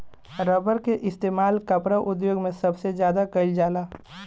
rubber के इस्तेमाल कपड़ा उद्योग मे सबसे ज्यादा कइल जाला